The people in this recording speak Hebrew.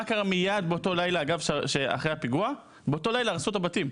בליל הפיגוע הרסו את הבתים,